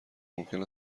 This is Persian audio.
ممکن